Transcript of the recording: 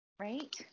Right